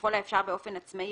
וככל האפשר באופן עצמאי,